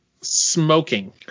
Smoking